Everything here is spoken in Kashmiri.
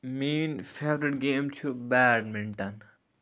میٲنۍ فیورِٹ گیم چھِ بیٹمِنٹَن